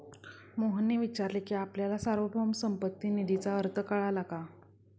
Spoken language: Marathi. मोहनने विचारले की आपल्याला सार्वभौम संपत्ती निधीचा अर्थ कळला का?